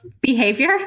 behavior